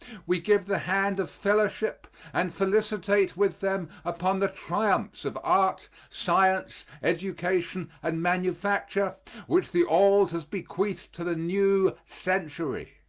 we give the hand of fellowship and felicitate with them upon the triumphs of art, science, education and manufacture which the old has bequeathed to the new century.